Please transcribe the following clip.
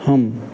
हम